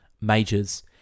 majors